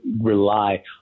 rely